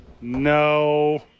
No